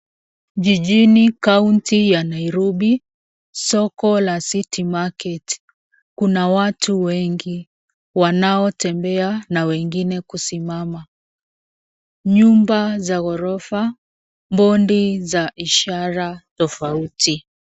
Jijini kaunti hii ya Nairobi. Soko la city market kuna watu wengi wanaotembea na wengine kusimama. Nyumba za ghorofa, bodi za ishara tofauti.